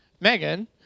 Megan